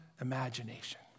imagination